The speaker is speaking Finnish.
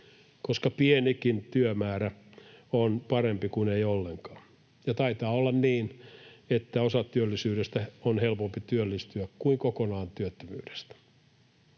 koska pienikin työmäärä on parempi kuin ei ollenkaan — ja taitaa olla niin, että osatyöllisyydestä on helpompi työllistyä kuin kokonaan työttömyydestä.